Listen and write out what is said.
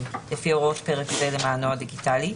לפי הוראות פרק זה למענו הדיגיטלי,